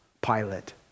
Pilate